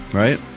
right